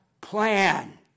plan